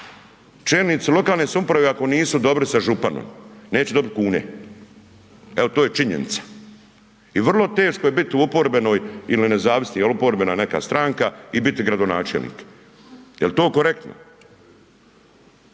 Čelnici lokalne samouprave ako nisu dobri sa županom, neće dobit kune. Evo to je činjenica i vrlo teško je bit u oporbenoj ili nezavisni ili oporbena neka stranka i biti gradonačelnik. Jel to korektno?